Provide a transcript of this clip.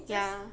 ya